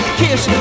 kiss